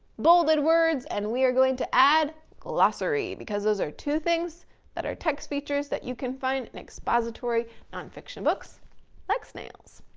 bolded words and we are going to add glossary, because those are two things that are text features that you can find expository non-fiction books like snails.